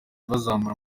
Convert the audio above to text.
bazamura